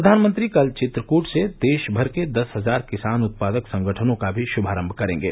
प्रधानमंत्री कल चित्रकूट से देशभर के दस हजार किसान उत्पादक संगठनों का भी शुभारंभ करेंगे